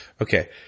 Okay